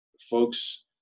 folks